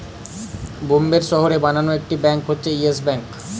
বোম্বের শহরে বানানো একটি ব্যাঙ্ক হচ্ছে ইয়েস ব্যাঙ্ক